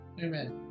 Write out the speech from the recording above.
Amen